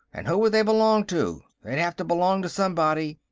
and who would they belong to? they'd have to belong to somebody!